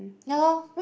ya lor